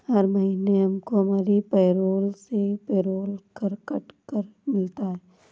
हर महीने हमको हमारी पेरोल से पेरोल कर कट कर मिलता है